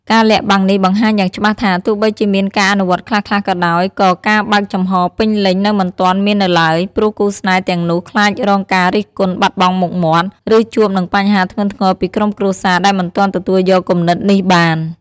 ការលាក់បាំងនេះបង្ហាញយ៉ាងច្បាស់ថា ទោះបីជាមានការអនុវត្តខ្លះៗក៏ដោយ ក៏ការបើកចំហរពេញលេញនៅមិនទាន់មាននៅឡើយ ព្រោះគូស្នេហ៍ទាំងនោះខ្លាចរងការរិះគន់ បាត់បង់មុខមាត់ ឬជួបនឹងបញ្ហាធ្ងន់ធ្ងរពីក្រុមគ្រួសារដែលមិនទាន់ទទួលយកគំនិតនេះបាន។